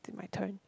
is it my turn